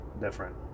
different